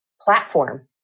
platform